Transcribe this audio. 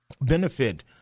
benefit